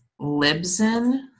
Libsyn